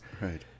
right